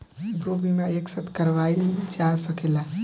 दो बीमा एक साथ करवाईल जा सकेला?